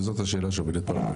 וזאת השאלה שעומדת פה על הפרק.